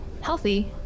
healthy